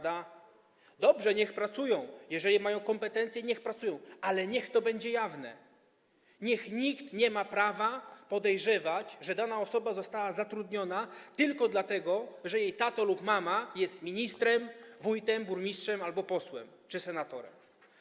Dobrze, niech pracują, jeżeli mają kompetencje, niech pracują, ale niech to będzie jawne, niech nikt nie ma prawa podejrzewać, że dana osoba została zatrudniona tylko dlatego, że jej tata lub mama jest ministrem, wójtem, burmistrzem albo posłem czy senatorem.